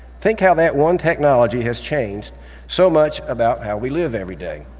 think how that one technology has changed so much about how we live every day.